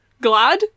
Glad